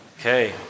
Okay